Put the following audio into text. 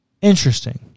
Interesting